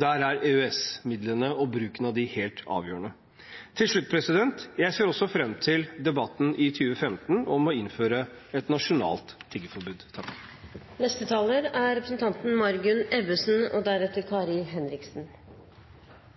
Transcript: Der er EØS-midlene og bruken av dem helt avgjørende. Til slutt: Jeg ser også fram til debatten i 2015 om å innføre et nasjonalt tiggerforbud. Debatten i dag har i stor grad dreid seg om det å tillate tigging for dem som er